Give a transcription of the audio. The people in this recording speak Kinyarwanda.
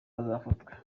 bazafatwa